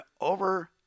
over